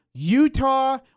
Utah